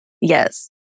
Yes